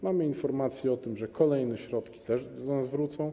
Mamy informację o tym, że kolejne środki też do nas wrócą.